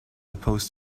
opposed